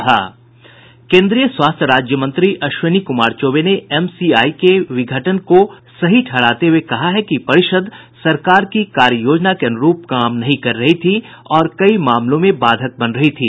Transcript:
केंद्रीय स्वास्थ्य राज्य मंत्री अश्विनी कुमार चौबे ने एमसीआई के विघटन को सही ठहराते हुये कहा है कि परिषद् सरकार की कार्य योजना के अनुरूप काम नहीं कर रही थी और कई मामलों में बाधक बन रही थी